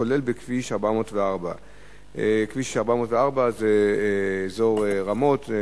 כולל בכביש 404. כביש 404 זה אזור רמות,